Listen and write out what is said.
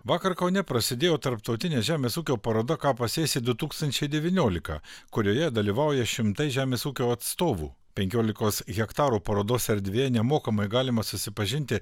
vakar kaune prasidėjo tarptautinė žemės ūkio paroda ką pasėsi du tūkstančiai devyniolika kurioje dalyvauja šimtai žemės ūkio atstovų penkiolikos hektarų parodos erdvėje nemokamai galima susipažinti